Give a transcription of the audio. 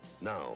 Now